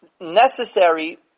necessary